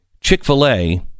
Chick-fil-A